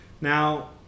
Now